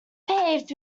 paved